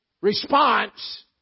response